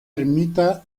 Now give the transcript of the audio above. ermita